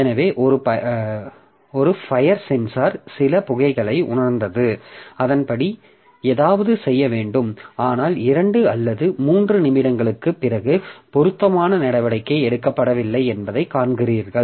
எனவே ஒரு fire sensor சில புகைகளை உணர்ந்தது அதன்படி ஏதாவது செய்ய வேண்டும் ஆனால் இரண்டு அல்லது மூன்று நிமிடங்களுக்குப் பிறகு பொருத்தமான நடவடிக்கை எடுக்கப்படவில்லை என்பதை காண்கிறீர்கள்